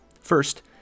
First